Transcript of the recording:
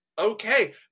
Okay